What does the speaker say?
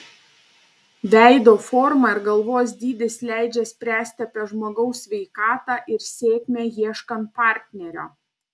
veido forma ir galvos dydis leidžia spręsti apie žmogaus sveikatą ir sėkmę ieškant partnerio